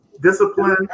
discipline